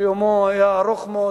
שיומו היה ארוך מאוד,